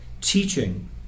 teaching